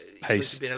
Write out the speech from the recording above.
pace